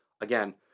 Again